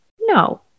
No